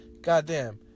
Goddamn